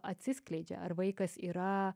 atsiskleidžia ar vaikas yra